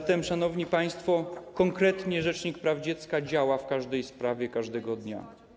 Zatem, szanowni państwo, konkretnie: rzecznik praw dziecka działa w każdej sprawie każdego dnia.